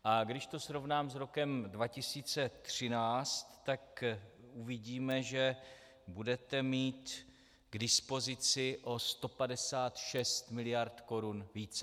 A když to srovnám s rokem 2013, tak uvidíme, že budete mít k dispozici o 156 miliard korun více.